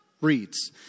reads